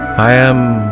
i am